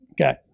Okay